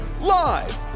Live